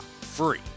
free